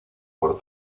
por